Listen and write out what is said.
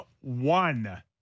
one